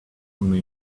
only